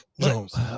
Jones